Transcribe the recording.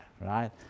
right